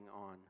on